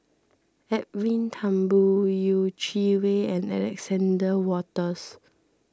Edwin Thumboo Yeh Chi Wei and Alexander Wolters